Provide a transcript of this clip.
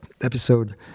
episode